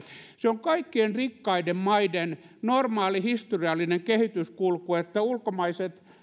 se on kaikkien rikkaiden maiden normaali historiallinen kehityskulku että ulkomaiset